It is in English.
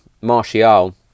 Martial